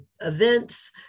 events